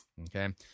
okay